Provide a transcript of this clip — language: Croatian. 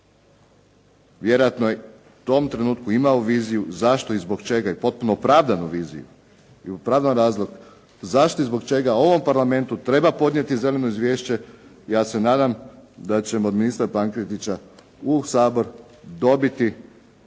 vjerojatno je u tom trenutku imao viziju zašto i zbog čega, i potpuno opravdanu viziju i opravdan razlog zašto i zbog čega u ovom Parlamentu treba podnijeti zeleno izvješće i ja se nadam da ćemo od ministra Pankretiča u Sabor dobiti